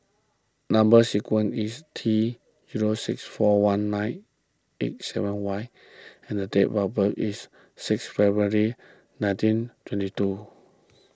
Number Sequence is T zero six four one nine eight seven Y and the date of birth is six February nineteen twenty two